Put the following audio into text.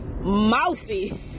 mouthy